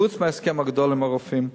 חוץ מההסכם הגדול עם הרופאים.